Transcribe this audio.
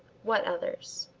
what others?